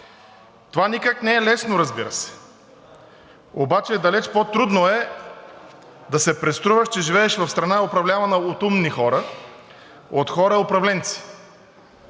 Това никак не е лесно, разбира се. Обаче далеч по-трудно е да се преструваш, че живееш в страна, управлявана от умни хора, от хора управленци.